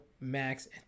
Max